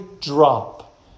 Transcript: drop